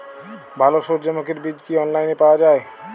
ভালো সূর্যমুখির বীজ কি অনলাইনে পাওয়া যায়?